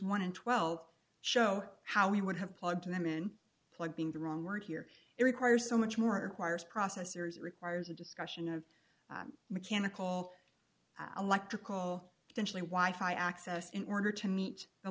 one in twelve show how he would have plugged them in plug being the wrong word here it requires so much more wires processors requires a discussion of mechanical electrical eventually why fi access in order to meet the